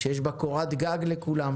שיש בה קורת גג לכולם,